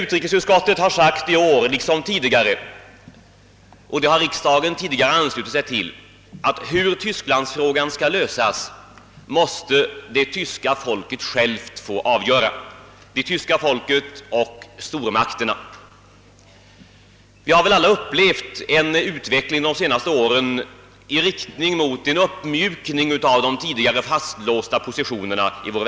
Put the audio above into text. Utrikesutskottet har i år liksom tidigare sagt — vilket riksdagen då anslöt sig till — att det tyska folket självt tillsammans med stormakterna måste få avgöra hur tysklandsfrågan skall lösas. Vi har under de senaste åren i vår världsdel upplevt en utveckling i riktning mot en uppmjukning i de tidigare fastlåsta positionerna.